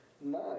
Nice